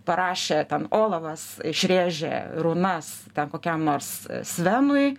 parašė ten olafas išrėžė runas kokiam nors svenui